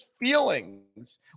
feelings